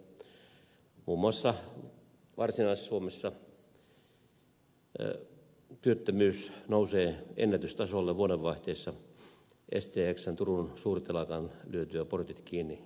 muun muassa varsinais suomessa työttömyys nousee ennätystasolle vuodenvaihteessa stxn turun suurtelakan lyötyä portit kiinni lokakuun lopulla